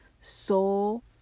soul